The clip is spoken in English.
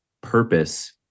purpose